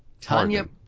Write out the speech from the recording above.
Tanya